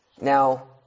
Now